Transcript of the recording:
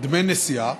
דמי נסיעה